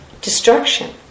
destruction